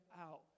out